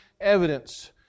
evidence